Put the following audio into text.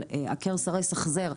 של עקר-סרס-החזר,